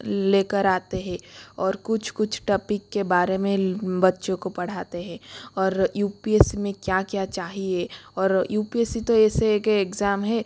लेकर आते है और कुछ कुछ टॉपिक के बारे में बच्चों को पढ़ाते है और यू पी एस में क्या क्या चाहिए और यू पी एस सी तो ऐसे एक एग्ज़ाम है